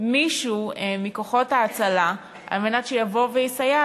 מישהו מכוחות ההצלה כדי שיבוא ויסייע